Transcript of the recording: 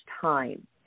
time